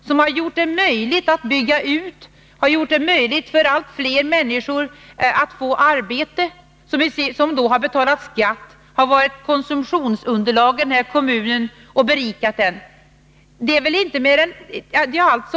Detta har gjort det möjligt att bygga ut barnomsorgen och gjort det möjligt för allt fler människor att få arbete vilka då har betalt skatt och kommit att utgöra konsumtionsunderlag i kommunen och på så sätt tillföra den inkomster.